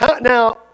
Now